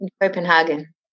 Copenhagen